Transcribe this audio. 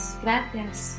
gracias